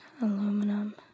Aluminum